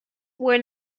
were